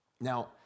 Now